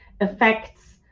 affects